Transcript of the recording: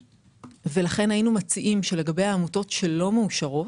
לכן היינו מציעים, שלגבי עמותות שלא מאושרות,